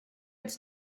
its